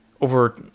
over